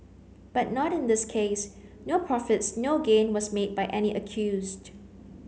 but not in this case no profits no gain was made by any accused